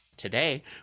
Today